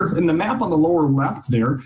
in the map on the lower left there,